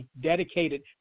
dedicated